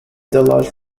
deluge